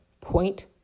Point